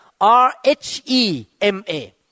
R-H-E-M-A